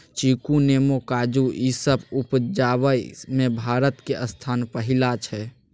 चीकू, नेमो, काजू ई सब उपजाबइ में भारत के स्थान पहिला छइ